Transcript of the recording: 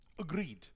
Agreed